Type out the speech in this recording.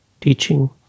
teaching